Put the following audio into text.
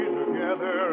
together